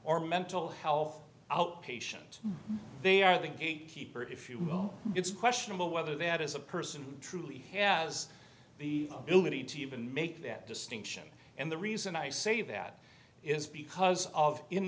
or mental health outpatient they are the gatekeeper if you know it's questionable whether that is a person who truly has the ability to even make that distinction and the reason i say that is because of